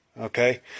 Okay